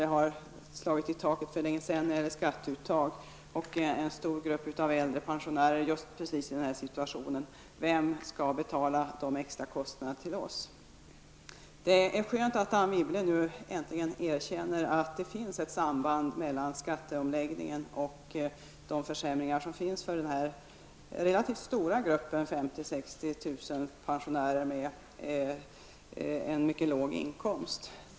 Man har för länge sedan slagit i taket vad gäller skatteuttag, och en stor grupp äldre pensionärer befinner sig just i den här beskrivna situationen. Vem skall betala de extra pengarna till dessa pensionärer? Det är skönt att Anne Wibble äntligen erkänner att det finns ett samband mellan skatteomläggningen och försämringarna för den relativt stora gruppen pensionärer -- 50 000--60 000 med mycket låg inkomst.